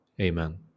Amen